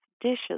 dishes